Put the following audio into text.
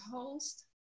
host